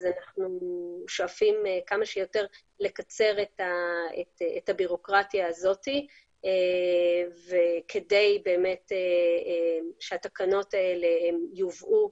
אנחנו שואפים כמה שיותר לקצר את הבירוקרטיה הזאת כדי שהתקנות האלה יובאו